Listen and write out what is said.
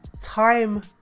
time